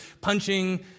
punching